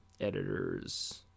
editors